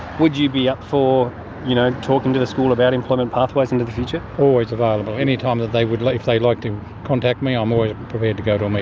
would you be up for you know talking to the school about employment pathways into the future? always available. any time that they would like, if they'd like to contact me, i'm um always prepared to go to a